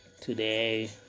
today